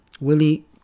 Willie